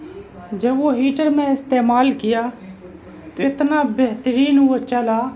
جب وہ ہیٹر میں استعمال کیا تو اتنا بہترین وہ چلا